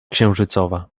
księżycowa